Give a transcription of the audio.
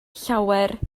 llawer